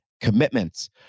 commitments